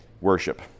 worship